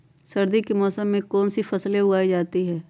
सर्दी के मौसम में कौन सी फसल उगाई जाती है?